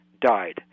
died